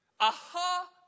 Aha